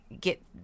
get